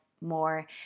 more